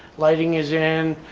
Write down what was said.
lighting is in.